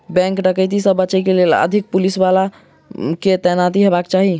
bank डकैती से बचय के लेल अधिक पुलिस बल के तैनाती हेबाक चाही